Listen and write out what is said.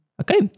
Okay